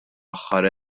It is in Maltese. aħħar